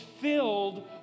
filled